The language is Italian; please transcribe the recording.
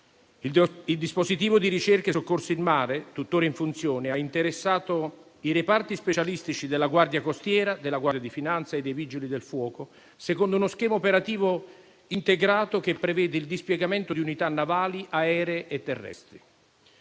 Il dispositivo di ricerca e di soccorso in mare, tuttora in funzione, ha interessato i reparti specialistici della Guardia costiera, della Guardia di finanza e dei Vigili del fuoco, secondo uno schema operativo integrato che prevede il dispiegamento di unità navali, aeree e terrestri.